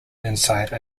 inside